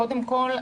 קודם כל,